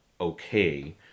okay